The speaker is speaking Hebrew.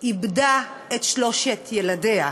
איבדה את שלושת ילדיה.